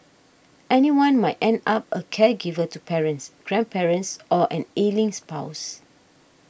anyone might end up a caregiver to parents grandparents or an ailing spouse